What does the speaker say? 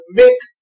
make